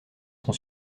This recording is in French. son